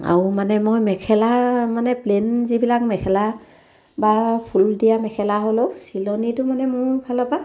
আৰু মানে মই মেখেলা মানে প্লেন যিবিলাক মেখেলা বা ফুল দিয়া মেখেলা হ'লেও চিলনিটো মানে মোৰফালৰপৰা